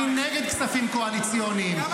אני נגד כספים קואליציוניים.